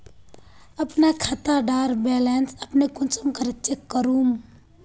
अपना खाता डार बैलेंस अपने कुंसम करे चेक करूम?